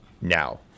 now